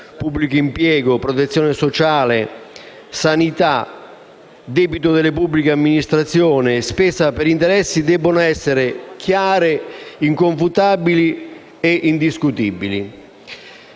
pubblico impiego, protezione sociale, sanità, debito delle pubbliche amministrazioni e spesa per interessi - debbono essere chiari, inconfutabili e indiscutibili.